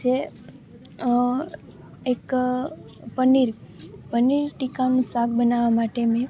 જે એક પનીર પનીર ટીક્કાનું શાક બનાવવાં માટે મેં